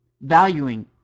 valuing